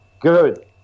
Good